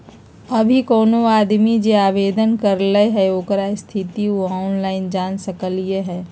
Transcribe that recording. अभी कोनो आदमी जे आवेदन करलई ह ओकर स्थिति उ ऑनलाइन जान सकलई ह